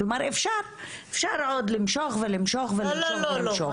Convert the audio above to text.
כלומר אפשר עוד למשוך ולמשוך ולמשוך ולמשוך.